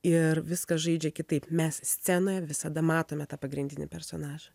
ir viskas žaidžia kitaip mes scenoje visada matome tą pagrindinį personažą